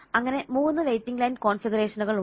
അങ്ങനെ 3 waiting line കോൺഫിഗറേഷനുകൾ ഉണ്ട്